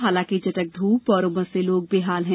हालांकि चटक धूप और उमस से लोग बेहाल है